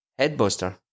Headbuster